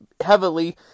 heavily